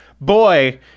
boy